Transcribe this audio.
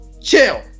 chill